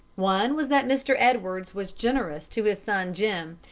one was that mr. edwards was generous to his son jim,